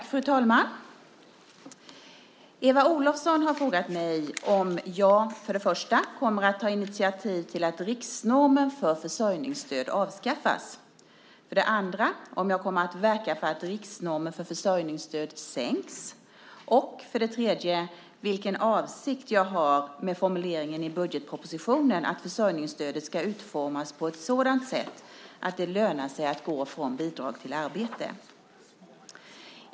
Fru talman! Eva Olofsson har frågat mig 1. om jag kommer att ta initiativ till att riksnormen för försörjningsstöd avskaffas, 2. om jag kommer att verka för att riksnormen för försörjningsstöd sänks och 3. vilken avsikt jag har med formuleringen i budgetpropositionen att försörjningsstödet ska utformas på ett sådant sätt att det lönar sig att gå från bidrag till arbete.